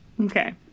Okay